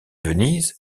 venise